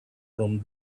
from